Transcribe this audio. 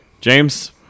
James